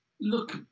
Look